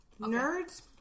Nerds